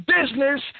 business